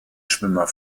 schwimmer